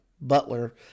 Butler